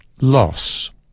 Loss